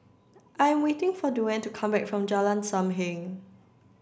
I'm waiting for Duane to come back from Jalan Sam Heng